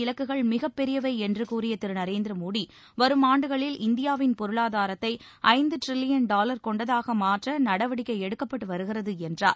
இலக்குகள் அரசின் கூறிய தமது திரு நரேந்திர மோடி வரும் ஆண்டுகளில் இந்தியாவின் பொருளாதாரத்தை ஐந்து டிரில்லியன் டாலர் கொண்டதாக மாற்ற நடவடிக்கை எடுக்கப்பட்டு வருகிறது என்றார்